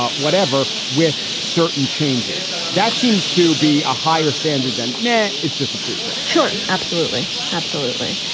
whatever, with certain changes. that seems to be a higher standard than men. it's just a preprint sure. absolutely. absolutely.